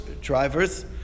drivers